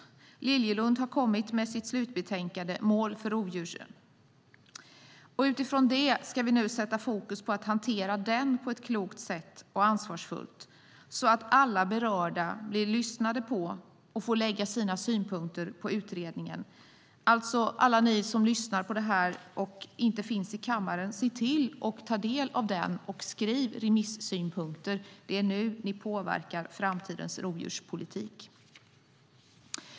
Liljelund har kommit med sitt slutbetänkande Mål för rovdjuren . Utifrån utredningen ska vi nu sätta fokus på att hantera frågan på ett klokt och ansvarsfullt sätt så att alla berörda blir lyssnade på och får ge sina synpunkter på utredningen. Jag vill säga till alla er som lyssnar på debatten och inte är i kammaren: Se till att ta del av betänkandet och skriv remissynpunkter! Det är nu ni kan påverka framtidens rovdjurspolitik.